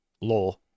law